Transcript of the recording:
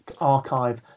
archive